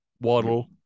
waddle